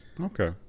Okay